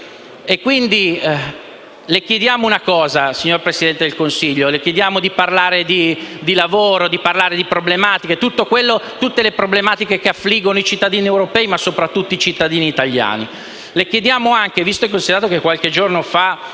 Le chiediamo, signor Presidente del Consiglio, di parlare di lavoro e di tutte le problematiche che affliggono i cittadini europei, ma soprattutto i cittadini italiani. Le chiediamo anche, visto che qualche giorno fa